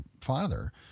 father